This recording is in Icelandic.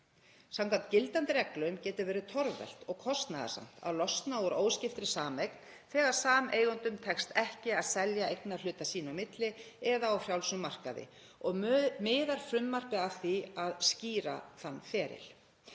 Samkvæmt gildandi reglum getur verið torvelt og kostnaðarsamt að losna úr óskiptri sameign þegar sameigendum tekst ekki að selja eignarhluta sín á milli eða á frjálsum markaði og miðar frumvarpið að því að skýra þann feril.